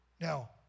Now